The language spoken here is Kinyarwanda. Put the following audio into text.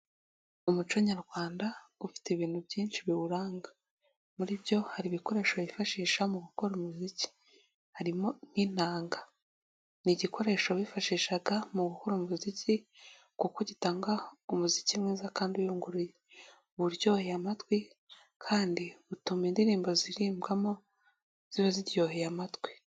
Umuco nyarwanda ufite ibintu byinshi biwuranga, muri byo hari ibikoresho bifashisha mu gukora umuziki harimo nk'inanga, ni igikoresho bifashishaga mu gukora umuziki kuko gitanga umuziki mwiza kandi uyunguruye, uba uburyoheye amatwi kandi utuma indirimbo zirimbwamo ziba ziryoheye amatwi.